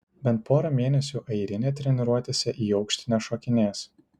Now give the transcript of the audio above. bent pora mėnesių airinė treniruotėse į aukštį nešokinės